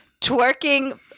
twerking